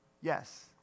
Yes